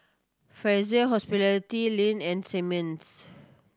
Fraser Hospitality Lindt and Simmons